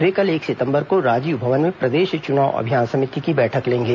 वे कल एक सितंबर को राजीव भवन में प्रदेश चुनाव अभियान समिति की बैठक लेंगे